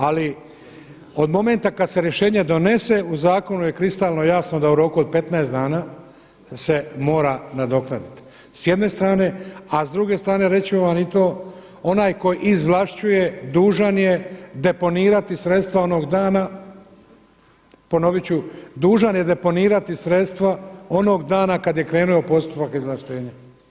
Ali od momenta kada se rješenje donese u zakonu je kristalno jasno da u roku od 15 dana se mora nadoknaditi s jedne strane, a s druge strane reći ću vam i to onaj tko izvlašćuje dužan je deponirati sredstva onoga dana, ponovit ću dužan je deponirati sredstva onog dana kada je krenuo postupak izvlaštenja.